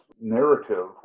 narrative